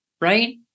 right